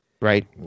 Right